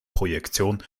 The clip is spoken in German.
projektion